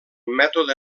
mètode